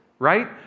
Right